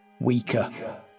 weaker